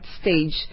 stage